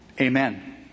Amen